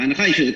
ההנחה היא שזה,